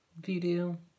video